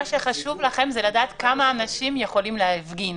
שחשוב לכם זה כמה אנשים יכולים להפגין,